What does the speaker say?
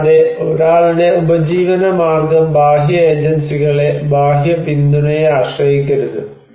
കൂടാതെ ഒരാളുടെ ഉപജീവനമാർഗം ബാഹ്യ ഏജൻസികളെ ബാഹ്യ പിന്തുണയെ ആശ്രയിക്കരുത്